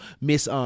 Miss